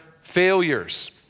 failures